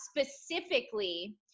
specifically